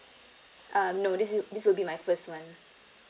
um no this is this will be my first one